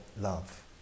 love